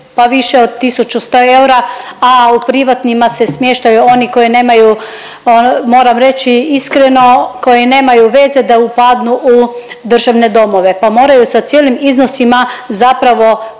pa više od 1.100 eura, a u privatnima se smještaj oni koji nemaju moram reći iskreno, koji nemaju veze da upadnu u državne domove pa moraju sa cijelim iznosima zapravo